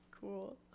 Cool